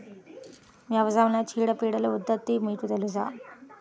వ్యవసాయంలో చీడపీడల ఉధృతి మీకు తెలుసా?